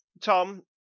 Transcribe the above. Tom